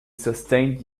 sustained